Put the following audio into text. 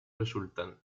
resultantes